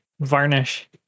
varnish